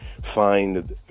find